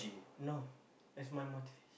no as my motivation